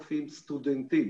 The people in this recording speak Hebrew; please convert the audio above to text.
9,000 סטודנטים,